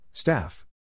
Staff